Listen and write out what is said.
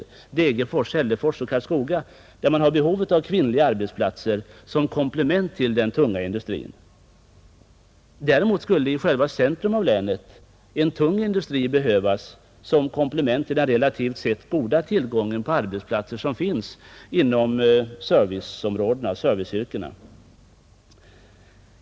I Degerfors, Hällefors och Karlskoga har man behov just av kvinnliga arbetsplatser som komplement till den tunga industrin. Däremot skulle i själva centrum av länet en tung industri behövas som komplement till den relativt sett goda tillgången på arbetsplatser inom serviceyrkena.